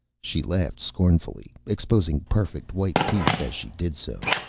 she laughed scornfully, exposing perfect white teeth as she did so.